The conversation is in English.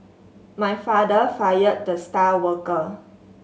my father fired the star worker